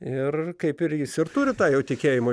ir kaip ir jis ir turi tą jau tikėjimo